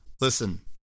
listen